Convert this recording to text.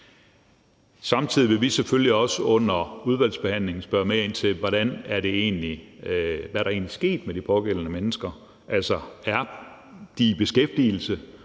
Samtidig vil vi selvfølgelig også under udvalgsbehandlingen spørge mere ind til, hvad der egentlig er sket med de pågældende mennesker. Altså, er de i beskæftigelse,